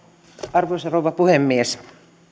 arvoisa rouva puhemies